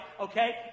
okay